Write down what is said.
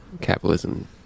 capitalism